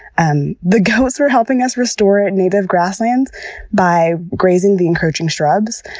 um the goats were helping us restore native grasslands by grazing the encroaching shrubs.